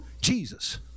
jesus